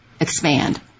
expand